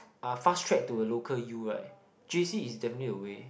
uh fast track to a local U right j_c is definitely a way